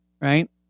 right